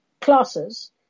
classes